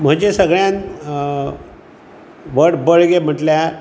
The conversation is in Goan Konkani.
म्हजें सगळ्यांत व्हड बळगें म्हटल्यार